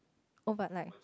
oh but like